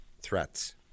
threats